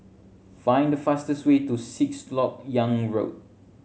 find the fastest way to Sixth Lok Yang Road